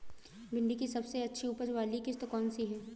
भिंडी की सबसे अच्छी उपज वाली किश्त कौन सी है?